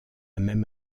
même